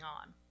on